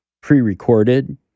pre-recorded